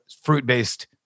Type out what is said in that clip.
fruit-based